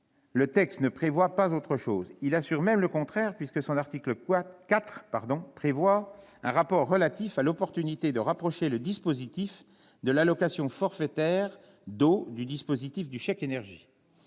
Le texte ne prévoit pas autre chose. Il y est même écrit le contraire à l'article 4, qui prévoit un rapport relatif à « l'opportunité de rapprocher le dispositif de l'allocation forfaitaire d'eau du dispositif du chèque énergie